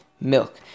milk